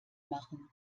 machen